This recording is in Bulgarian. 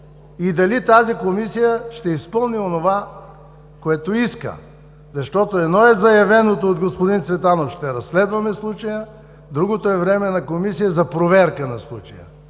и дали тази Комисия ще изпълни онова, което иска. Едно е заявеното от господин Цветанов – ще разследваме случая, другото е Временна комисия за проверка на случая.